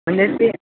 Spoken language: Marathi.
म्हणजे ते